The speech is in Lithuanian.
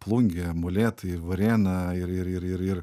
plungė molėtai varėna ir ir ir ir ir